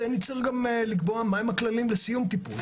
נצטרך גם לקבוע מהם הכללים לסיום טיפול.